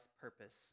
purpose